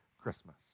Christmas